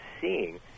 seeing